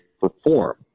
perform